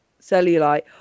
cellulite